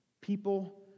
People